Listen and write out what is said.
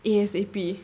A_S_A_P